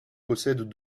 possèdent